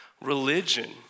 Religion